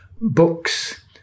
Books